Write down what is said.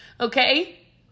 Okay